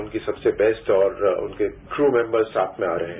उनकी सबसे बेस्ट और उनके क्रू मैम्बर्स साथ में आ रहे हैं